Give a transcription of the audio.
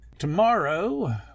Tomorrow